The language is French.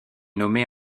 nommée